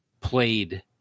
played